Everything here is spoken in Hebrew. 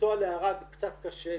לנסוע לערד קצת קשה,